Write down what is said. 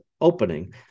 opening